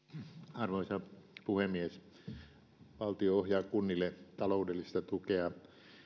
arvoisa puhemies valtio ohjaa kunnille taloudellista tukea